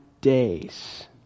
days